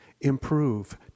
improve